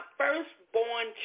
firstborn